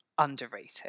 underrated